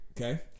Okay